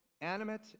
animate